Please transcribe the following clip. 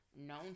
known